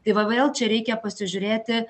tai va vėl čia reikia pasižiūrėti